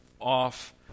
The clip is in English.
off